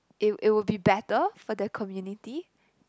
it it will be better for the community